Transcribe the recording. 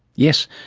yes,